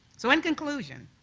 so in conclusion,